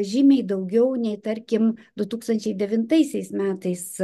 žymiai daugiau nei tarkim du tūkstančiai devintaisiais metais